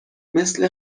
مثل